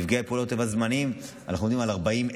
"נפגעי פעולות איבה זמניים" אנחנו עומדים על 40,000,